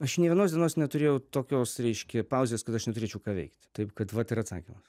aš nė vienos dienos neturėjau tokios reiškia pauzės kad aš neturėčiau ką veikti taip kad vat ir atsakymas